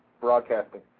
broadcasting